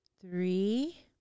three